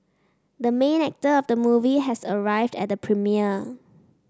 the main actor of the movie has arrived at the premiere